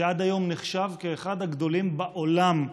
שעד היום נחשב לאחד הגדולים בעולם,